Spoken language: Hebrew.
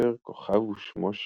בספר "כוכב ושמו שאול".